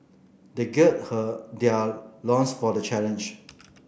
they gird her their loins for the challenge